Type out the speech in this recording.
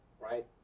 right